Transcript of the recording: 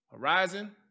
Horizon